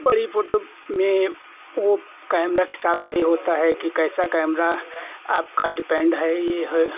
बड़ी फ़ोटो में वह कैमरा के साथ यह होता है कि कैसा कैमरा आपका डिपेन्ड है यह है